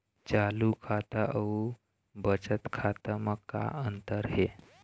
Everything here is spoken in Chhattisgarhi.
चालू खाता अउ बचत खाता म का अंतर हे?